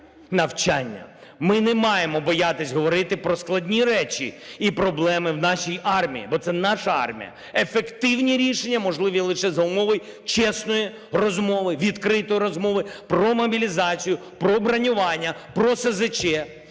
Ми не маємо боятися говорити про складні речі і проблеми в нашій армії, бо це наша армія. Ефективні рішення можливі лише за умови чесної розмови, відкритої розмови про мобілізацію, про бронювання, про СЗЧ.